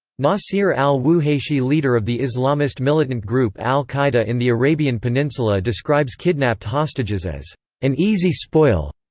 nasir al-wuhayshi leader of the islamist militant group al-qaida in the arabian peninsula describes kidnapped hostages as an easy spoil.